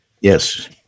Yes